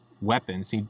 weapons